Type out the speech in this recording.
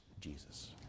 Jesus